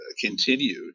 continued